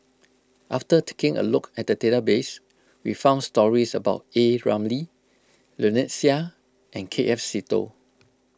after taking a look at the database we found stories about A Ramli Lynnette Seah and K F Seetoh